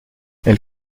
elle